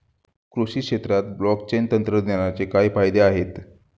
कृषी क्षेत्रात ब्लॉकचेन तंत्रज्ञानाचे काय फायदे आहेत?